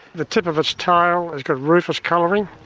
the tip of its tail has got rufous colouring.